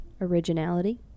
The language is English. originality